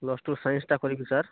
plus two ସାଇନ୍ସଟା କରିବି sir